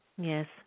Yes